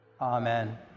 Amen